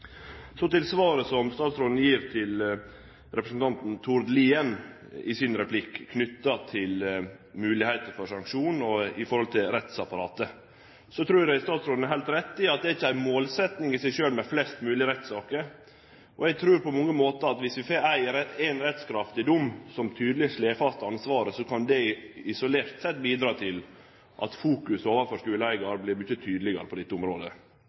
Så til svaret som statsråden gir på replikken til representanten Tord Lien, om moglegheiter for sanksjonar og i forhold til rettsapparatet: Eg trur statsråden har heilt rett i at det ikkje er ei målsetjing i seg sjølv med flest mogleg rettssaker. Eg trur at viss vi får éin rettskraftig dom som tydeleg slår fast ansvaret, kan det isolert sett bidra til at fokuset overfor skoleeigar vert mykje tydelegare på dette området.